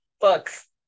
Books